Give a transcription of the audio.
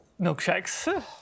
milkshakes